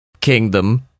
kingdom